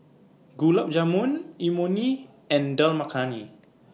Gulab Jamun Imoni and Dal Makhani